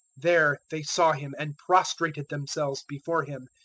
there they saw him and prostrated themselves before him.